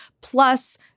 plus